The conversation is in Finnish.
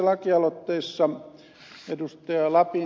lapintie ja ed